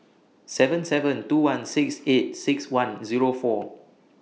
seven seven two one six eight six one Zero four